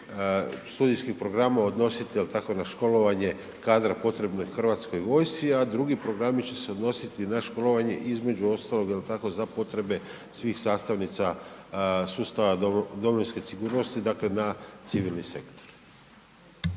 studijskih programa odnositi, jel tako na školovanje kadra potrebnog HV-u, a drugi programi će se odnositi na školovanje između ostalog, jel tako za potrebe svih sastavnica sustava domovinske sigurnosti, dakle na civilni sektor.